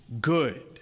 good